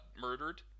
murdered